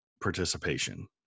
participation